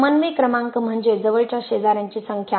समन्वय क्रमांक म्हणजे जवळच्या शेजाऱ्यांची संख्या